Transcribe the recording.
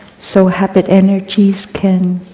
so habit energies can